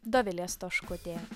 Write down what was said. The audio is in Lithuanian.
dovilė stoškutė